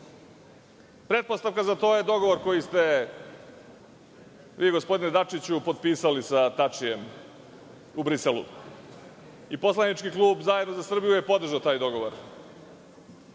Pretpostavka za to je dogovor koji ste vi, gospodine Dačiću, potpisali sa Tačijem u Briselu. Poslanički klub ZZS je podržao taj dogovor,